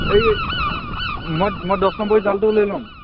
এই মই মই দহ নম্বৰী জালটো লৈ ল'ম